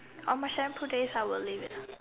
on my shampoo days I will leave it